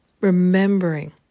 remembering